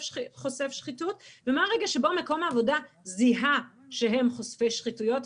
שחיתות ומה הרגע שבו מקום העבודה זיהה שהם חושפי שחיתויות.